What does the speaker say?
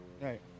Right